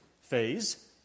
phase